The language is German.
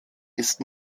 ist